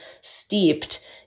steeped